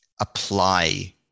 apply